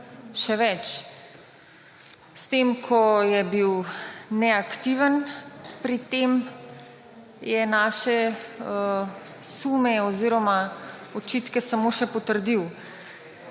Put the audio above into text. Še več, s tem, ko je bil neaktiven pri tem, je naše sume oziroma očitke samo še potrdil.